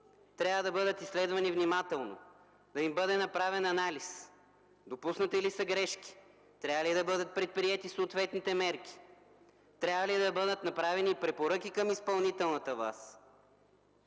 трябва да бъдат изследвани внимателно, да им бъде направен анализ допуснати ли са грешки, трябва ли да бъдат предприети съответните мерки, трябва ли да бъдат направени препоръки към изпълнителната власт,